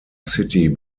city